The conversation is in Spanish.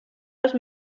los